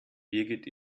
birgit